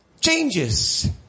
changes